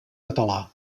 català